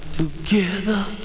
together